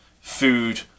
food